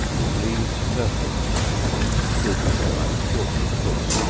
with leaves perfect but it will be so much shorter, of course.